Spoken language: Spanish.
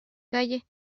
calle